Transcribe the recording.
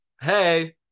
Hey